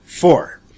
Four